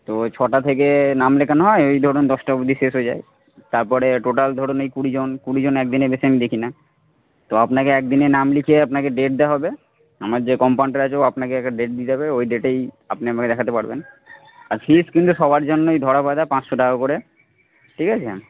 তো ছটা থেকে নাম লেখানো হয় ওই ধরুন দশটা অব্দি শেষ হয়ে যায় তারপরে টোটাল ধরুন এই কুড়িজন কুড়িজন একদিনে বেশি আমি দেখি না তো আপনাকে একদিনে নাম লিখিয়ে আপনাকে ডেট দেওয়া হবে আমার যে কম্পাউন্ডার আছে ও আপনাকে একটা ডেট দিয়ে দেবে ওই ডেটেই আপনি আমাকে দেখাতে পারবেন আর ফিজ কিন্তু সবার জন্যই ধরাবাঁধা পাঁচশো টাকা করে ঠিক আছে